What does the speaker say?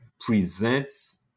Presents